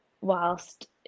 whilst